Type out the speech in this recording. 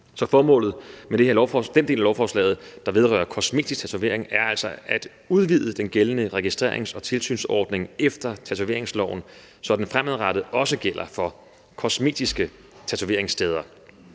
Så formålet med den del af lovforslaget, der vedrører kosmetisk tatovering, er altså at udvide den gældende registrerings- og tilsynsordning efter tatoveringsloven, så den fremadrettet også gælder for kosmetiske tatoveringssteder.